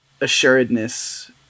assuredness